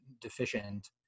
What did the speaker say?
deficient